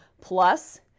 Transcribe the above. plus